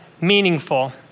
meaningful